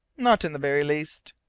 not in the very least.